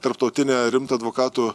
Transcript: tarptautinę rimtą advokatų